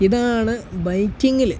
ഇതാണ് ബൈക്കിങ്ങിൽ